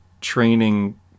training